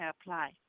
apply